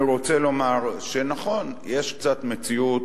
אני רוצה לומר שנכון, יש מציאות